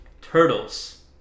Turtles